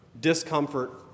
discomfort